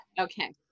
Okay